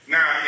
Now